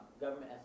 government